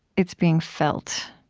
it's being felt